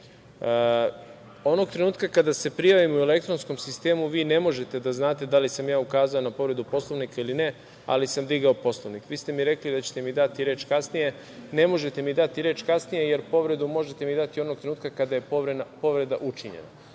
trenutka kada se prijavim u elektronskom sistemu vi ne možete da znate da li sam ja ukazao na povredu Poslovnika ili ne, ali sam digao Poslovnik. Vi ste mi rekli da ćete mi dati reč kasnije. Ne možete mi dati reč kasnije, jer povredu možete dati onog trenutka kada je povreda učinjena. Sada